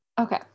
okay